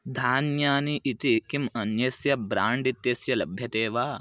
धान्यानि इति किम् अन्यस्य ब्राण्ड् इत्यस्य लभ्यते वा